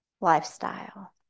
lifestyle